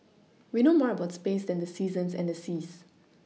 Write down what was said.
we know more about space than the seasons and the seas